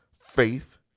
faith